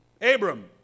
Abram